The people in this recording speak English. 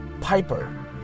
piper